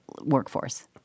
workforce